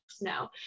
No